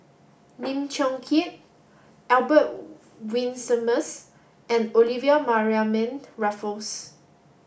Lim Chong Keat Albert Winsemius and Olivia Mariamne Raffles